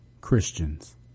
Christians